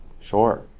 sure